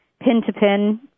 pin-to-pin